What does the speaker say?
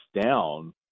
down